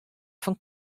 fan